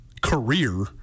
career